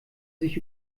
sich